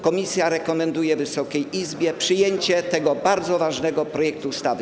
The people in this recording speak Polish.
Komisja rekomenduje Wysokiej Izbie przyjęcie tego bardzo ważnego projektu ustawy.